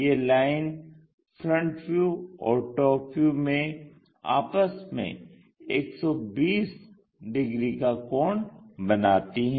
ये line front view और top view में आपस में 120 डिग्री का कोण बनाती हैं